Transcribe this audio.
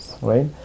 Right